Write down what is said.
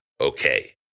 Okay